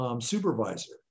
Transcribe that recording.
supervisor